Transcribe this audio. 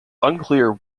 unclear